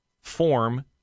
form